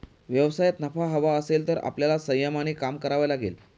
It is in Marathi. व्यवसायात नफा हवा असेल तर आपल्याला संयमाने काम करावे लागेल